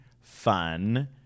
fun